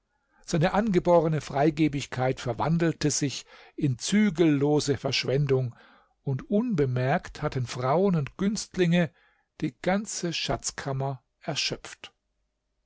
seine angeborene freigebigkeit verwandelte sich in zügellose verschwendung und unbemerkt hatten frauen und günstlinge die ganze schatzkammer erschöpft